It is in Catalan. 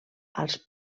als